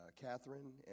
Catherine